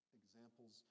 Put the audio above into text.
examples